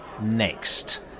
next